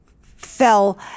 fell